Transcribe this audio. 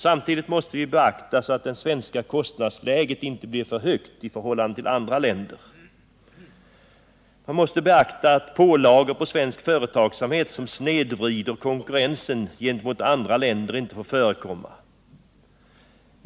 Samtidigt måste vi bevaka att det svenska kostnadsläget inte blir för högt i förhållande till andra länder. Man måste beakta att pålagor på svensk företagsamhet som snedvrider konkurrensen gentemot andra länder inte får förekomma.